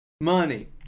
Money